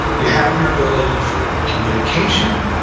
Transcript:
you have your ability for communication,